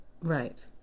Right